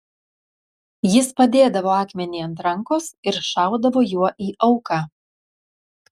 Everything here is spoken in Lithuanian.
jis padėdavo akmenį ant rankos ir šaudavo juo į auką